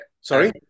Sorry